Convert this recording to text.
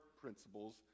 Principles